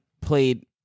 played